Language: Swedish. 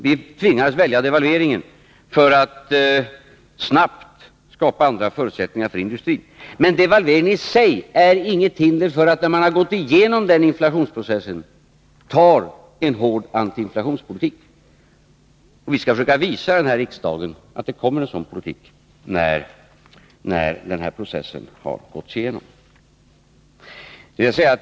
Vi tvingades välja devalveringen för att snabbt skapa andra förutsättningar för industrin. Men devalveringen i sig medför inget hinder för att man, när man gått igenom den inflationsprocessen, bedriver en hård antiinflationspolitik. Vi skall försöka visa denna riksdag att det kommer en sådan politik när vi har gått igenom den här processen.